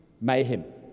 mayhem